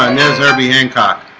um there's herbie hancock